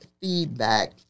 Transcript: feedback